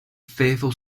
fearful